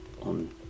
on